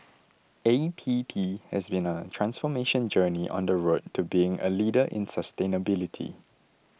A P P has been on a transformation journey on the road to being a leader in sustainability